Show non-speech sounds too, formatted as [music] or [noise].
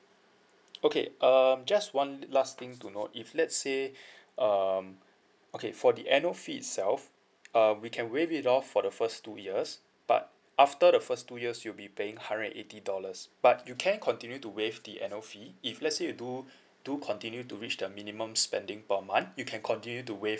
okay um just one last thing to note if let's say [breath] um okay for the annual fee itself uh we can waive it off for the first two years but after the first two years you'll be paying hundred and eighty dollars but you can continue to waive the annual fee if let's say you do [breath] do continue to reach the minimum spending per month you can continue to waive